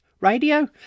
Radio